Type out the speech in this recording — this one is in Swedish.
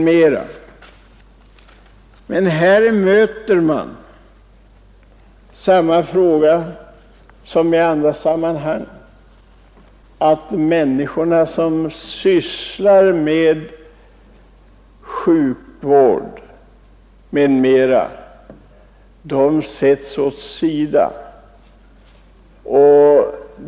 Men här möter man samma fenomen som i andra sammanhang, nämligen att de människor som sysslar med sjukvården sätts åt sidan.